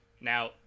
Now